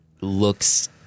looks